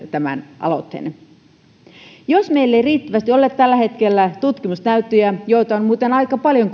tämän aloitteen allekirjoittanut siitä että meillä ei riittävästi olisi tällä hetkellä tutkimusnäyttöjä joita on muuten kuitenkin aika paljon